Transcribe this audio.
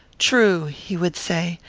true, he would say,